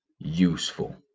useful